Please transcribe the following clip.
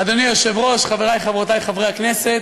אדוני היושב-ראש, חברי וחברותי חברי הכנסת,